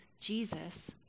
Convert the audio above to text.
jesus